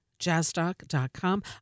jazzdoc.com